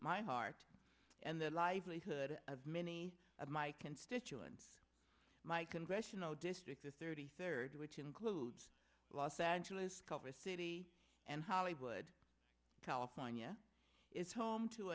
my heart and the livelihood of many of my constituents my congressional district the thirty third which includes los angeles cover city and hollywood california is home to